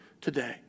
today